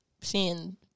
seeing